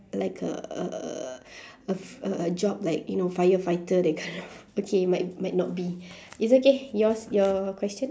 like uhh a f~ a job like you know firefighter that kind of okay mi~ might not be it's okay yours your question